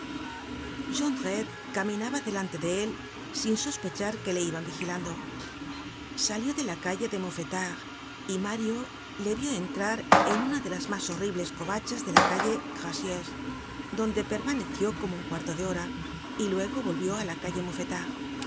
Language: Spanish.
caminaba delante de él sin sospechar que le iban vigilando salió de la calle de mouffetard y mario le vió entrar en una de las mas horribles covachas de la calle gracieuse donde permaneció como un cuarto de hora y luego volvió á la calle